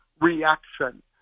reaction